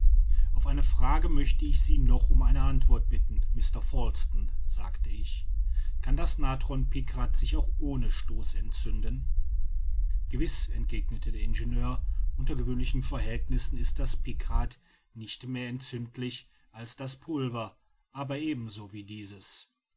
auf eine frage möchte ich sie noch um eine antwort bitten mr falsten sagte ich kann das natron pikrat sich auch ohne stoß entzünden gewiß entgegnete der ingenieur unter gewöhnlichen verhältnissen ist das pikrat nicht mehr entzündlich als das pulver aber ebenso wie dieses